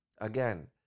Again